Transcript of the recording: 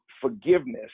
forgiveness